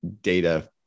data